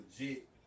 legit